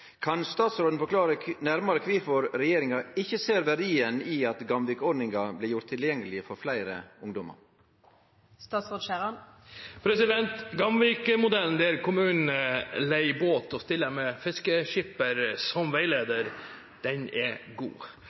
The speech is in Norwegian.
Kan statsråden forklare nærmare kvifor regjeringa ikkje ser verdien i at Gamvik-ordninga blir gjort tilgjengeleg for fleire ungdommar?» Gamvik-modellen, der kommunen leier båt og stiller med fiskeskipper som veileder, er god.